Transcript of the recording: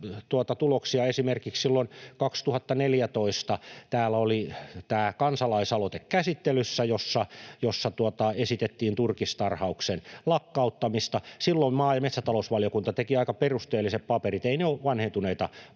Esimerkiksi 2014 täällä oli käsittelyssä kansalaisaloite, jossa esitettiin turkistarhauksen lakkauttamista. Silloin maa- ja metsätalousvaliokunta teki aika perusteelliset paperit, eivät ne ole vanhentuneita papereita